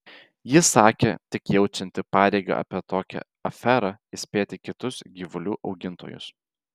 ji sakė tik jaučianti pareigą apie tokią aferą įspėti kitus gyvulių augintojus